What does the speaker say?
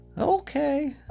okay